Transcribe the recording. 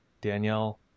Danielle